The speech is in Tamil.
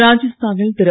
ராஜஸ்தானில் திரு